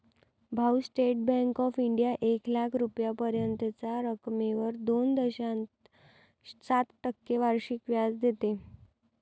भाऊ, State Bank of India एक लाख रुपयांपर्यंतच्या रकमेवर दोन दशांश सात टक्के वार्षिक व्याज देते